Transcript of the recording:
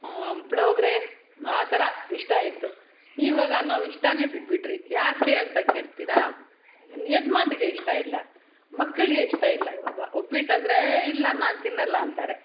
ಪುಳೋಗ್ರೆ ಆ ಥರ ಇಷ್ಟ ಇತ್ತುಈವಾಗ ನಾವು ಇಷ್ಟನೇ ಬಿಟ್ಟು ಬಿಟ್ಟಿರಿ ಯಾಕೆ ಅಂತ ಕೇಳ್ತಿರಾ ಯಜ್ಮಾನ್ರಿಗೆ ಇಷ್ಟ ಇಲ್ಲ ಮಕ್ಳಿಗೆ ಇಷ್ಟ ಇಲ್ಲ ಇವಾಗ ಉಪ್ಪಿಟ್ಟು ಅಂದರೆ ಏ ಇಲ್ಲ ನಾನು ತಿನ್ನಲ್ಲ ಅಂತಾರೆ